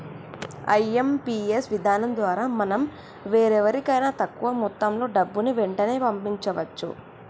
IMPS విధానం ద్వారా మనం వేరెవరికైనా తక్కువ మొత్తంలో డబ్బుని వెంటనే పంపించవచ్చు